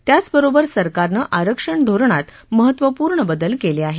त्याचबरोबर सरकारनं आरक्षण धोरणात महत्त्वपूर्ण बदल केले आहेत